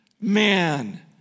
Man